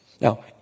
Now